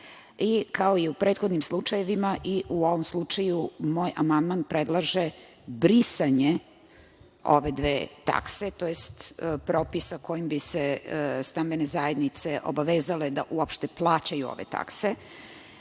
Kao i u prethodnim slučajevima, i u ovom slučaju moj amandman predlaže brisanje ove dve takse, tj. propisa kojim bi se stambene zajednice obavezale da uopšte plaćaju ove